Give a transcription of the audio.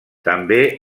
també